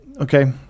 okay